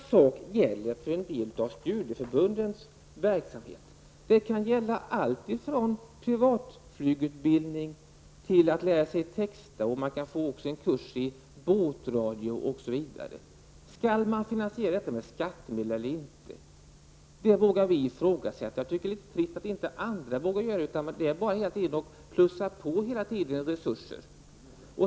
Detsamma gäller en del av studieförbundens verksamhet. Deras kurser kan gälla allt från privatflygutbildning, textning, båtradio osv. Skall dessa kurser finansieras med skattemedel eller inte? Vi vågar ifrågasätta att så bör vara fallet, och vi tycker att det är litet trist att andra inte vågar göra det. Man vill hela tiden bara plussa på resurser.